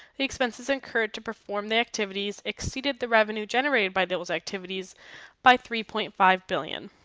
the expenses incurred to perform the activities exceeded the revenue generated by those activities by three point five billion.